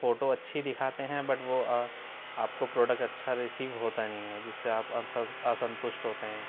photo اچھی دکھاتے ہیں بٹ وہ آپ کو پروڈکٹ اچھا ریسیو ہوتا نہیں ہے جس سے آپ اسنتشٹ ہوتے ہیں